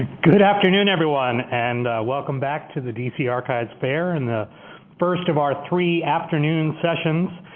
good afternoon, everyone. and welcome back to the d c. archives fair and the first of our three afternoon sessions.